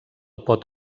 pot